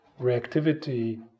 reactivity